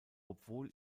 obwohl